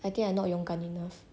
I think I not 勇敢 enough